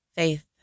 Faith